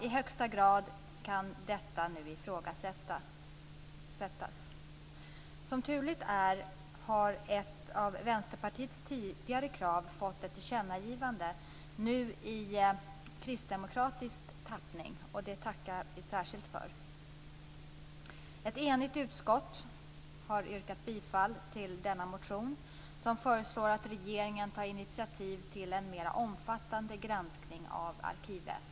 I högsta grad kan detta nu ifrågasättas. Som tur är har ett av Vänsterpartiets tidigare krav lett till ett tillkännagivande, nu i kristdemokratisk tappning, och det tackar vi särskilt för. Ett enigt utskott har yrkat bifall till denna motion där det föreslås att regeringen ska ta initiativ till en mer omfattande granskning av arkivväsendet.